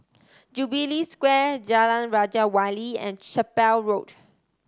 Jubilee Square Jalan Raja Wali and Chapel Road